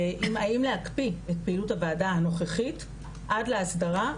האם להקפיא את פעילות הוועדה הנוכחית עד לאסדרה,